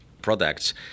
products